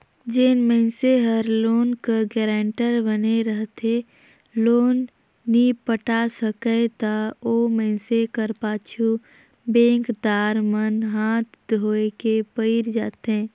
जेन मइनसे हर लोन कर गारंटर बने रहथे लोन नी पटा सकय ता ओ मइनसे कर पाछू बेंकदार मन हांथ धोए के पइर जाथें